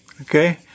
Okay